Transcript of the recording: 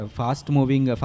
fast-moving